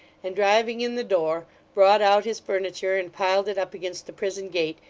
and driving in the door, brought out his furniture, and piled it up against the prison-gate,